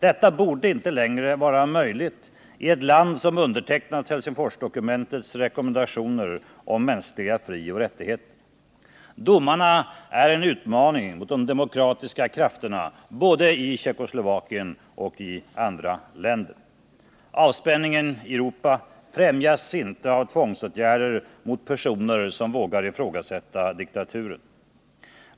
Detta borde inte längre vara möjligt i ett land, som undertecknat Helsingforsdokumentets rekommendationer om mänskliga frioch rättigheter. Domarna är en utmaning mot de mänskliga krafterna både i Tjeckoslovakien och i andra länder. Avspänningen i Europa främjas inte av tvångsåtgärder mot personer som vågar ifrågasätta diktaturen.